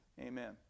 Amen